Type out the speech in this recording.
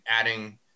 adding